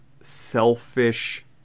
selfish